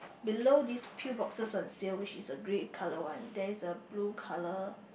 below these pill boxes on sale which is a grey color one there is a blue color